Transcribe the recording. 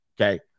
okay